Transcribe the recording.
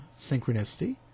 synchronicity